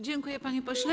Dziękuję, panie pośle.